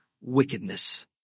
wickedness